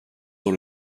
sur